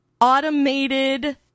Automated